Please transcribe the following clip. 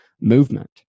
movement